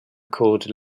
called